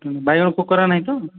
ବାଇଗଣ ପୋକରା ନାହିଁ ତ